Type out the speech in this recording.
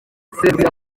serwiri